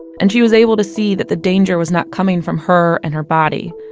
and she was able to see that the danger was not coming from her and her body.